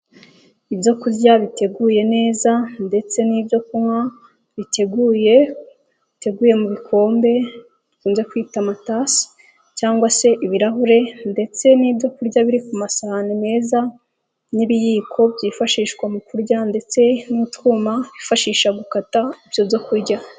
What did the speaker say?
Ibyo kurya biteguye neza ndetse n'ibyo kunywa biteguye. Biteguye mu bikombe, dukunze kwita amatasi cyangwa se ibirahure ndetse n'ibyo kurya biri ku masahani meza n'ibiyiko byifashishwa mu kurya ndetse n'utwuma bifashisha gukata ibyo byokurya.